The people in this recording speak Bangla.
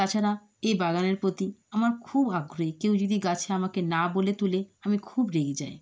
তাছাড়া এই বাগানের প্রতি আমার খুব আগ্রহী কেউ যদি গাছে আমাকে না বলে তোলে আমি খুব রেগে যাই